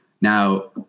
Now